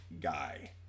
guy